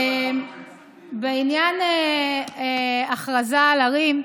בעניין ההכרזה על ערים,